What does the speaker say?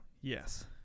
Yes